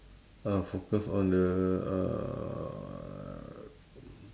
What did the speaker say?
uh focus on the uh